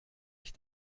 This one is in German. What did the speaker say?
ich